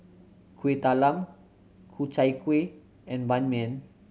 Kuih Talam Ku Chai Kueh and Ban Mian